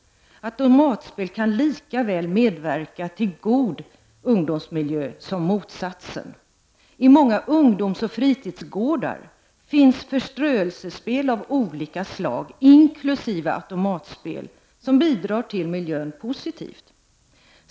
Automatspel kan lika väl medverka till god ungdomsmiljö som motsatsen. I många ungdomsoch fritidsgårdar finns förströelsespel av olika slag, inkl. automatspel, som bidrar positivt till miljön.